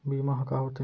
बीमा ह का होथे?